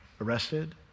arrested